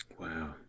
Wow